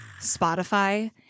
Spotify